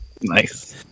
Nice